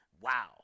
Wow